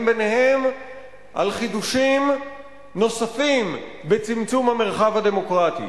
ביניהם על חידושים נוספים בצמצום המרחב הדמוקרטי.